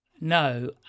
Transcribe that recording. No